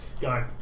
Go